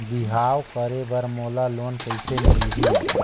बिहाव करे बर मोला लोन कइसे मिलही?